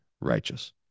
righteous